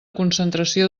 concentració